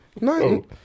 No